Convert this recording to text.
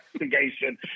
investigation